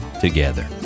together